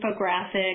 infographic